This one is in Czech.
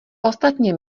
ostatně